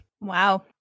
Wow